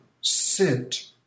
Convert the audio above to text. Sit